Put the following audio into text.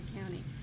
County